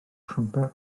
siwmper